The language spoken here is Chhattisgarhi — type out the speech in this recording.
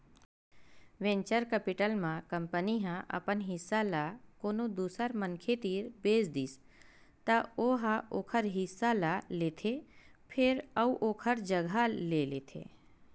वेंचर केपिटल म कंपनी ह अपन हिस्सा ल कोनो दूसर मनखे तीर बेच दिस त ओ ह ओखर हिस्सा ल लेथे फेर अउ ओखर जघा ले लेथे